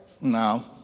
No